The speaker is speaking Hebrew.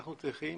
אנחנו צריכים